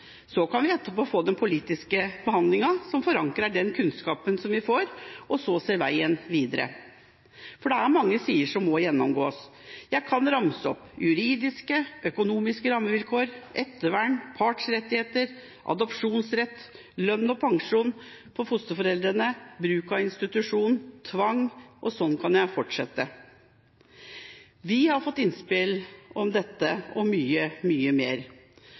Så kan vi etterpå få den politiske behandlingen som forankrer den kunnskapen vi får, og så se veien videre. Det er mange sider som må gjennomgås. Jeg kan ramse opp: juridiske og økonomiske rammevilkår, ettervern, partsrettigheter, adopsjonsrett, lønn og pensjon for fosterforeldre, bruk av institusjon, tvang. Sånn kan jeg fortsette. Vi har fått innspill om dette og mye, mye mer.